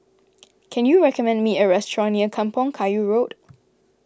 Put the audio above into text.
can you recommend me a restaurant near Kampong Kayu Road